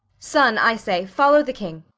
son, i say, follow the king.